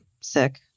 sick